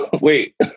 Wait